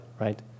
right